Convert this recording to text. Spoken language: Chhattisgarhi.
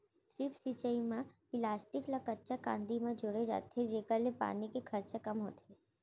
ड्रिप सिंचई म पिलास्टिक ल कच्चा कांदी म जोड़े जाथे जेकर ले पानी के खरचा कम होथे